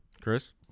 Chris